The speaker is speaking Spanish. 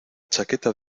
chaqueta